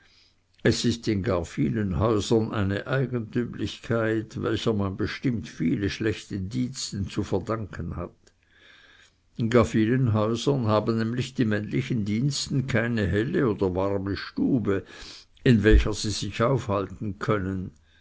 es ist in gar vielen häusern eine eigentümlichkeit welcher man bestimmt viele schlechte diensten zu verdanken hat in gar vielen häusern haben nämlich die männlichen diensten keine helle oder warme stube in welcher sie sich aufhalten können